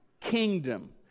kingdom